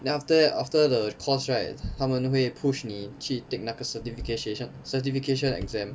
then after that after the course right 他们会 push 你去 take 那个 certificasation~ certification exam